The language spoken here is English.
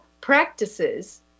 practices